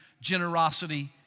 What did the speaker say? generosity